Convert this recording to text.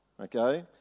okay